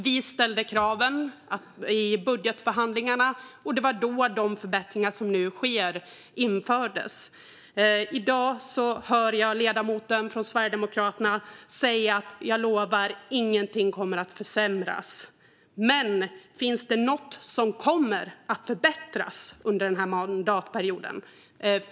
Vi ställde kraven i budgetförhandlingarna, och det var då de förbättringar som nu sker infördes. I dag hör jag ledamoten från Sverigedemokraterna säga: Jag lovar att ingenting kommer att försämras. Men finns det något som kommer att förbättras under denna mandatperiod?